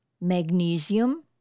magnesium